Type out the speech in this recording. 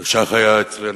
אדוני.